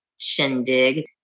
shindig